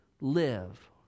live